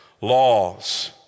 Laws